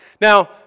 Now